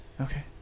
Okay